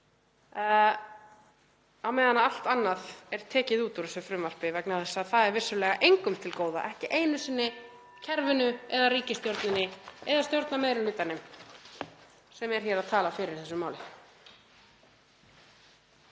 á meðan allt annað er tekið út úr þessu frumvarpi vegna þess að það er vissulega engum til góða, ekki einu sinni kerfinu eða ríkisstjórninni eða stjórnarmeirihlutanum sem er hér að tala fyrir þessu máli.